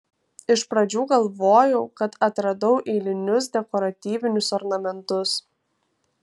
iš pradžių galvojau kad atradau eilinius dekoratyvinius ornamentus